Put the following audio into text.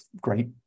great